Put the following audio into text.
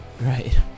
Right